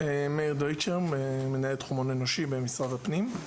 מאיר דויטשר, מנהל תחום הון אנושי במשרד הפנים.